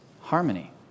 harmony